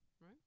Right